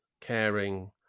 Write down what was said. caring